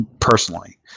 personally